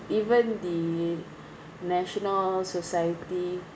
even the national society